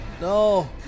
No